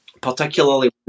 particularly